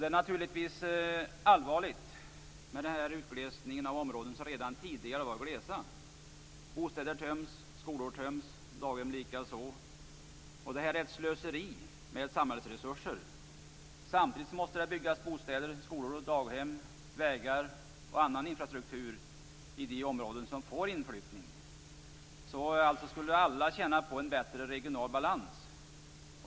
Det är naturligtvis allvarligt med en utglesning av områden som redan tidigare var glesa. Bostäder töms, skolor töms, daghem likaså. Det är ett slöseri med samhällsresurser. Samtidigt måste det byggas bostäder, skolor, daghem, vägar och annan infrastruktur i de områden som får inflyttning. Alla skulle tjäna på en bättre regional balans.